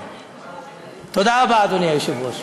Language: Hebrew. תודה רבה, אדוני היושב-ראש.